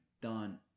done